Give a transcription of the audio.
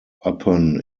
upon